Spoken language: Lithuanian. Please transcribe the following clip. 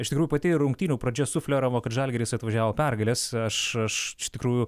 iš tikrųjų pati rungtynių pradžia sufleravo kad žalgiris atvažiavo pergalės aš aš iš tikrųjų